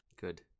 Good